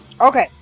Okay